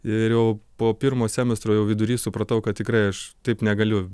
ir jau po pirmo semestro jau vidury supratau kad tikrai aš taip negaliu